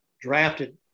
drafted